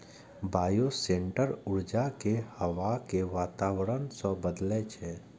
bioshelter ऊर्जा कें हवा के वातावरण सं बदलै छै